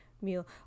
meal